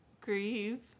grieve